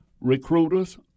recruiters